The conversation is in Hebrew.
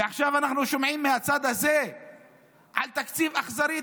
ועכשיו אנחנו שומעים מהצד הזה על תקציב אכזרי,